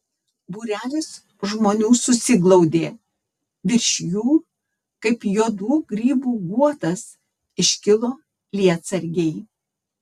būrelis žmonių susiglaudė virš jų kaip juodų grybų guotas iškilo lietsargiai